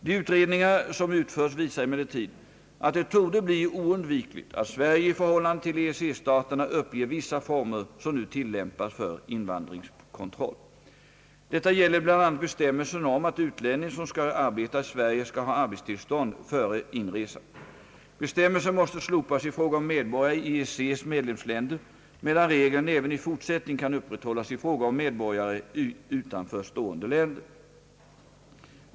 De utredningar som utförts visar emellertid att det torde bli oundvikligt att Sverige i förhållande till EEC-staterna uppger vissa former som nu tillämpas för invandringskontroll. Detta gäller bl.a. bestämmelsen om att utlänning som skall arbeta i Sverige skall ha arbetstillstånd före inresan. Bestämmelsen måste slopas i fråga om medborgare i EEC:s medlemsländer, medan re geln även i fortsättningen kan upprätthållas i fråga om medborgare i utanför stående länder.